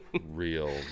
real